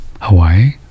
Hawaii